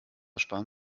sparen